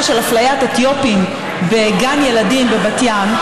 של אפליית אתיופים בגן ילדים בבת ים.